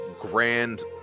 grand